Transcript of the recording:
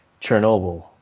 Chernobyl